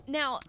now